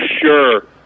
sure